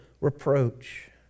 reproach